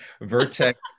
Vertex